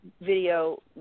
video